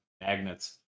magnets